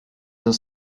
the